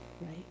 right